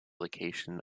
location